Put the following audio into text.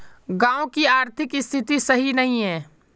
गाँव की आर्थिक स्थिति सही नहीं है?